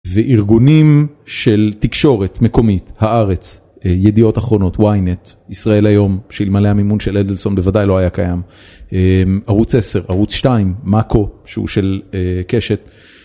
וארגונים של תקשורת מקומית, הארץ, ידיעות אחרונות, ויינט, ישראל היום, שאלמלא המימון של אדלסון בוודאי לא היה קיים. ערוץ 10, ערוץ 2, מאקו, שהוא של קשת.